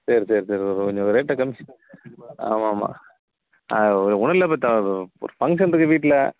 சரி சரி சரி கொஞ்சம் ரேட்டை கம்மி ஆமாம் ஆமாம் ஒன்னுமில்ல இப்போ ஒரு ஃபங்க்ஷன் இருக்குது வீட்டில்